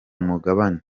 mugabane